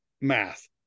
math